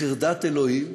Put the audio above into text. בחרדת אלוהים,